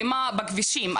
אלימה בכבישים.